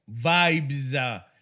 vibes